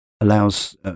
allows